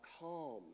calm